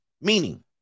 Meaning